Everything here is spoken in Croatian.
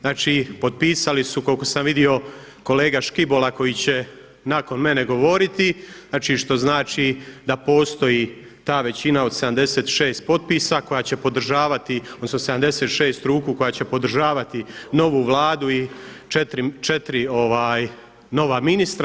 Znači potpisali su koliko sam vidio kolega Škibola koji će nakon mene govoriti, znači što znači da postoji ta većina od 76 potpisa koja će podržavati, odnosno 76 ruku koja je podržavati novu Vladu i četiri nova ministra.